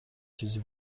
چیزی